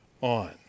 on